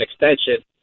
extension